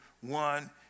one